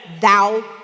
Thou